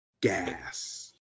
gas